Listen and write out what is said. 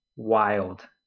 wild